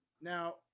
now